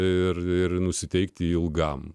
ir ir nusiteikti ilgam